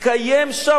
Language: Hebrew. התקיימה שם.